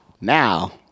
Now